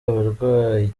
abarwanya